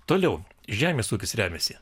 toliau žemės ūkis remiasi